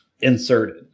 inserted